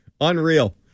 Unreal